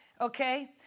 okay